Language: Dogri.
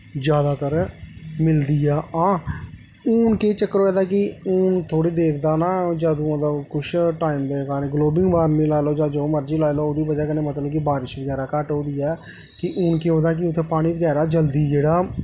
जादातर मिलदी ऐ हां हून केह् चक्कर होए दा कि थोह्ड़ी देर दा ना जदुआं दा कुछ टाईम दे ग्लोवल वार्मिंग लाई लो जां जो मरजी लाई लै ओह्दी बजह् कन्नै मतलब कि बारिश बगैरा घट्ट होंदी ऐ ते हून केह् होए दा मतलब कि उत्थें पानी बगैरा जल्दी जेह्ड़ा